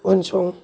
उनसं